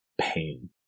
pain